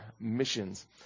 missions